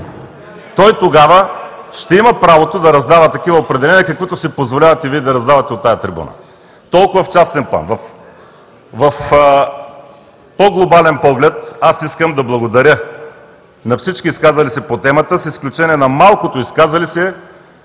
той ще има правото да раздава такива определения, каквито си позволявате Вие да раздавате от тази трибуна. Толкова в частен план. В по-глобален поглед, искам да благодаря на всички изказали се по темата, с изключение на малкото изказали се,